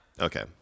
Okay